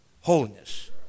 holiness